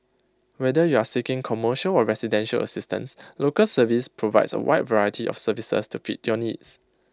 whether you are seeking commercial or residential assistance Local Service provides A wide variety of services to fit your needs